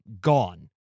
gone